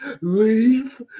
leave